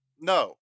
No